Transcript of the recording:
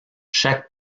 chaque